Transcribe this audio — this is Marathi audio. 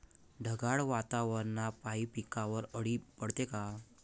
ढगाळ वातावरनापाई पिकावर अळी पडते का?